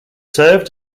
served